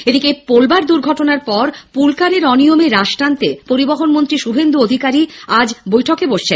এদিকে পোলবার দুর্ঘটনার পর পুলকারের অনিয়মে রাশ টানতে পরিবহনমন্ত্রী শুভেন্দু অধিকারী আজ বৈঠকে বসছেন